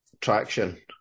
traction